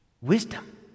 Wisdom